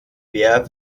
wer